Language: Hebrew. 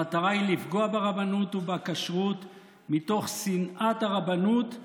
המטרה היא לפגוע ברבנות ובכשרות מתוך שנאת הרבנות,